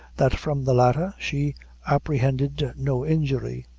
that from the latter, she apprehended no injury.